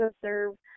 serve